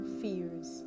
fears